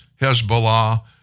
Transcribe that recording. Hezbollah